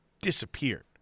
disappeared